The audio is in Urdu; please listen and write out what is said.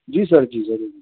جی سر جی ضرور